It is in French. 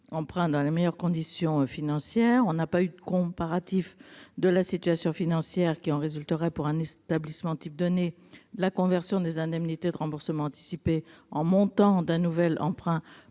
emprunt dans les meilleures conditions financières. Nous n'avons pas non plus de comparatif de la situation financière qui résulterait, pour un établissement type donné, de la conversion des indemnités de remboursement anticipé en montant d'un nouvel emprunt